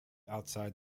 outside